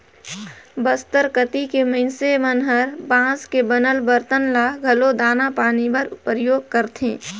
बस्तर कति के मइनसे मन हर बांस के बनल बरतन ल घलो दाना पानी बर परियोग करथे